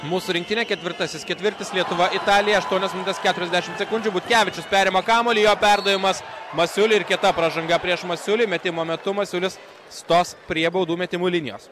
mūsų rinktinė ketvirtasis ketvirtis lietuva italija aštuonios minutės keturiasdešimt sekundžių butkevičius perima kamuolį jo perdavimas masiuliui ir kieta pražanga prieš masiulį metimo metu masiulis stos prie baudų metimų linijos